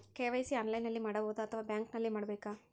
KYC ಆನ್ಲೈನಲ್ಲಿ ಮಾಡಬಹುದಾ ಅಥವಾ ಬ್ಯಾಂಕಿನಲ್ಲಿ ಮಾಡ್ಬೇಕಾ?